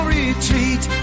retreat